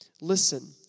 listen